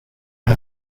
her